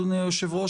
אדוני יושב הראש,